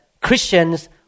Christians